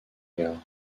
gare